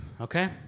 Okay